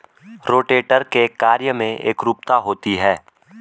rotator के कार्य में एकरूपता होती है